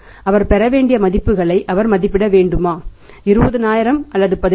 அவர் பெற வேண்டிய மதிப்புகளை அவர் மதிப்பிட வேண்டுமா 20000 அல்லது 15000